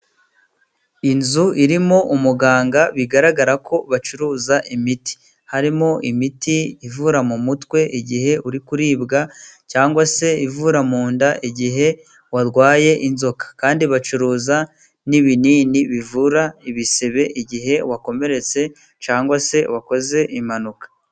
Inzu irimo umuganga bigaragara ko bacuruza imiti. Harimo imiti ivura umutwe igihe uri kuribwa cyangwa se ivura mu inda igihe warwaye inzoka. Kandi bacuruza n'ibinini bivura ibisebe igihe wakomeretse cyangwa se wakoze impanuka.